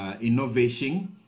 innovation